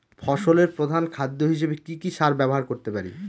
ফসলের প্রধান খাদ্য হিসেবে কি কি সার ব্যবহার করতে পারি?